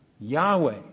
Yahweh